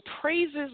praises